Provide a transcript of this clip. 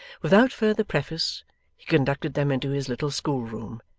without further preface he conducted them into his little school-room,